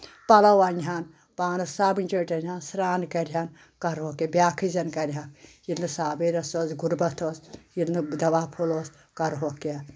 پلو اَنہِ ہن پانس صابنہِ چٲٹۍ اَن ہن سرٛان کرِہن کرہو کہِ بیاکھٕے زَن کرِ ہن ییٚلہِ نہٕ صاب ٲس غربتھ اوس ییٚلہِ نہٕ دوہ پھُل اوس کرہوکھ کیاہ